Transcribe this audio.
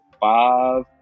five –